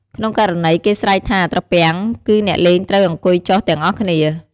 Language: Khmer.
ក្នុងករណី គេស្រែកថា ត្រពាំង គឺអ្នកលេងត្រូវអង្គុយចុះទាំងអស់គ្នា។